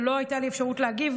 ולא הייתה לי אפשרות להגיב.